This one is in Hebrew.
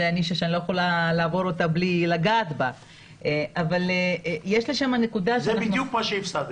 זו הנישה שאני לא יכולה בלי לגעת בה --- זה בדיוק מה שהפסדת.